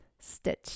stitch